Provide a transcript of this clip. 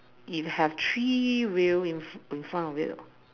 if have three wheel in front of it